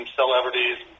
celebrities